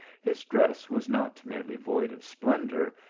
his dress was not merely void of splendour,